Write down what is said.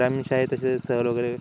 ग्रामीण शाळेत तसे सहल वगैरे